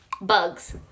Bugs